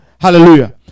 Hallelujah